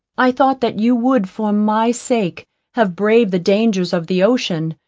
i thought that you would for my sake have braved the dangers of the ocean,